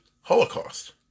Holocaust